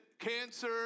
cancer